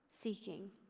seeking